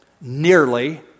Nearly